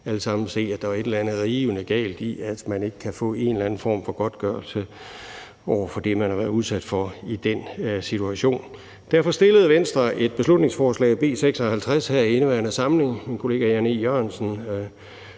alle sammen se, at der er et eller andet rivende galt i, at man ikke kan få en eller anden form for godtgørelse i forhold til det, man er blevet udsat for i den situation. Derfor fremsatte Venstre et beslutningsforslag, B 56, her i indeværende samling, hvor min kollega hr. Jan E. Jørgensen